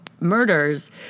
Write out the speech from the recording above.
murders